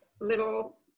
little